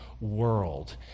world